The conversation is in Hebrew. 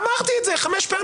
אמרתי את זה חמש פעמים.